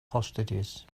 hostages